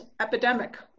epidemic